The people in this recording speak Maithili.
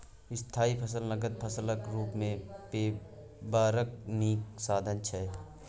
स्थायी फसल नगद फसलक रुप मे बेपारक नीक साधन छै